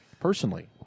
personally